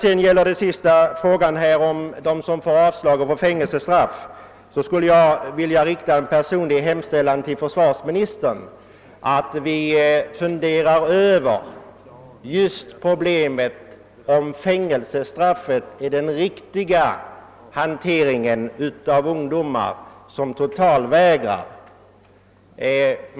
Slutligen skulle jag vilja rikta en personlig hemställan till försvarsministern att fundera över frågan huruvida fängelsestraffet är den riktiga behandlingen av ungdomar som totalvägrar.